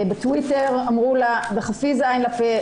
בטוויטר אמרו לה: "דחפי זין לפה,